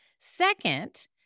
Second